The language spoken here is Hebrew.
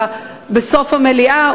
בסוף המליאה,